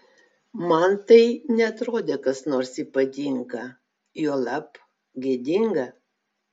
man tai neatrodė kas nors ypatinga juolab gėdinga